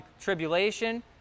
tribulation